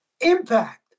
impact